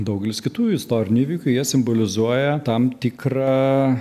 daugelis kitų istorinių įvykių jie simbolizuoja tam tikrą